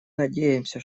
надеемся